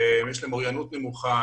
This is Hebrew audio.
יש להם אוריינות נמוכה,